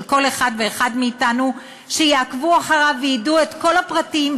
כל אחד ואחד מאתנו שיעקבו אחריו וידעו את כל הפרטים,